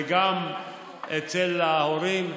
וגם אצל ההורים.